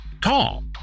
tall